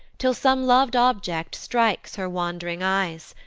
till some lov'd object strikes her wand'ring eyes,